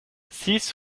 six